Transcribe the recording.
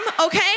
okay